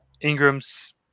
Ingram's